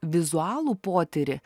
vizualų potyrį